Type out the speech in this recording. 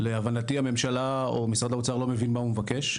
להבנתי הממשלה או משרד האוצר לא מבין מה הוא מבקש.